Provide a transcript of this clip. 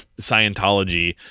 Scientology